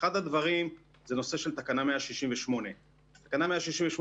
אחד הדברים זה נושא של תקנה 168. תקנה 168